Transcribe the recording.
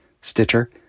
Stitcher